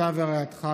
אתה ורעייתך,